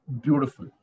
Beautiful